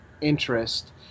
interest